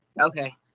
Okay